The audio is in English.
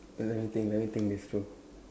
wait let me think let me think this through